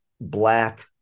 black